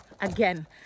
again